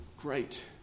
great